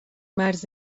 مرز